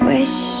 Wish